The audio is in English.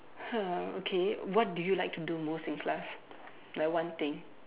uh okay what do you like to do most in class like one thing